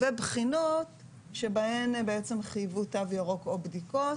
בחינות בהן בעצם חייבו תו ירוק או בדיקות